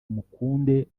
mukunde